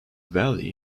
valley